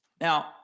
Now